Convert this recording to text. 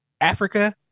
Africa